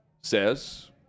says